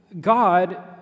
God